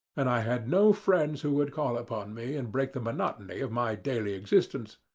and i had no friends who would call upon me and break the monotony of my daily existence.